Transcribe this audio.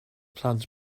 plant